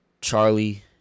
Charlie